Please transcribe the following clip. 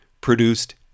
produced